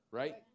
right